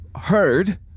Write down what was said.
heard